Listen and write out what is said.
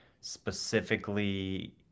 specifically